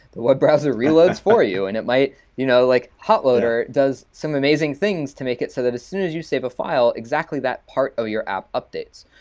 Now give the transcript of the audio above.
the web browser reload for you and it might you know like hot load, or it does some amazing things to make it so that as soon as you save a file exactly that part of your updates.